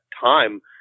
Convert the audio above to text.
time